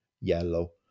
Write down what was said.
yellow